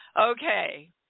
Okay